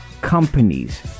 companies